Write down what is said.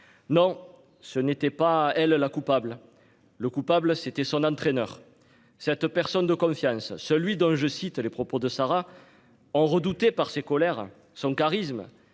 Non, ce n'était pas elle la coupable, le coupable c'était son entraîneur cette personne de confiance. Celui dont je cite les propos de Sarah ont redouté par ses colères son charisme,